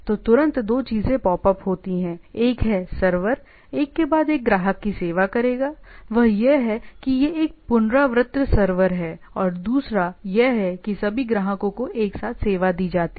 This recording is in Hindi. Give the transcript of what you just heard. तो तुरंत दो चीजें पॉप अप होती हैं एक है सर्वर एक के बाद एक ग्राहक की सेवा करेगा वह यह है कि यह एक पुनरावृत्त सर्वर है और दूसरा यह है कि सभी ग्राहकों को एक साथ सेवा दी जाती है